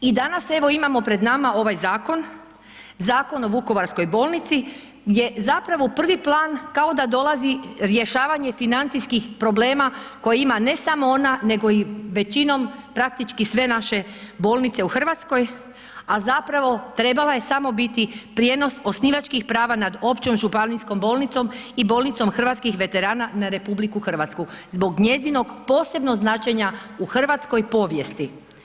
I danas evo imamo pred nama ovaj zakon, Zakon o Vukovarskoj bolnici gdje zapravo u prvi plan kao da dolazi rješavanje financijskih problema koje ima ne samo ona nego i većinom praktički sve naše bolnice u Hrvatskoj, a zapravo trebala je samo biti prijenos osnivačkih prava nad Općom županijskom bolnicom Vukovar i Bolnicom hrvatskih veterana na RH zbog njezinog posebnog značenja u hrvatskoj povijesti.